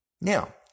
Now